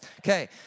Okay